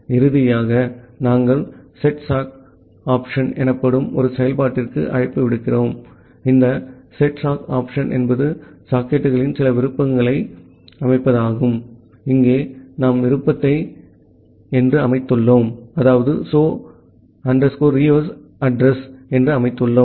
இறுதியாக நாங்கள் setsockopt எனப்படும் ஒரு செயல்பாட்டிற்கு அழைப்பு விடுக்கிறோம் இந்த setsockopt என்பது சாக்கெட்டுக்கு சில விருப்பங்களை அமைப்பதாகும் இங்கே நாம் விருப்பத்தை so reuse addr என்று அமைத்துள்ளோம்